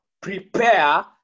prepare